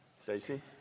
Stacey